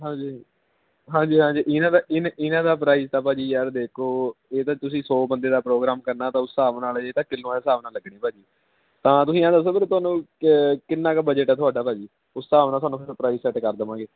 ਹਾਂਜੀ ਹਾਂਜੀ ਹਾਂਜੀ ਹਾਂਜੀ ਇਹਨਾਂ ਦਾ ਇਹਨਾਂ ਇਹਨਾਂ ਦਾ ਪ੍ਰਾਈਜ਼ ਤਾਂ ਭਾਅ ਜੀ ਯਾਰ ਦੇਖੋ ਜੇ ਤਾਂ ਤੁਸੀਂ ਸੋ ਬੰਦੇ ਦਾ ਪ੍ਰੋਗਰਾਮ ਕਰਨਾ ਤਾਂ ਉਸ ਹਿਸਾਬ ਨਾਲ ਇਹਦਾ ਕਿੱਲੋਆਂ ਦੇ ਹਿਸਾਬ ਨਾਲ ਲੱਗਣੀ ਭਾਅ ਜੀ ਤਾਂ ਤੁਸੀਂ ਇਹ ਦੱਸੋ ਵੀਰ ਤੁਹਾਨੂੰ ਕਿੰਨਾ ਕੁ ਬਜਟ ਹੈ ਤੁਹਾਡਾ ਭਾਅ ਜੀ ਉਸ ਹਿਸਾਬ ਨਾਲ ਤੁਹਾਨੂੰ ਫਿਰ ਪ੍ਰਾਈਜ਼ ਸੈਟ ਕਰ ਦੇਵਾਂਗੇ